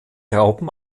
raupen